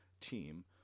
team